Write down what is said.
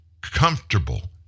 comfortable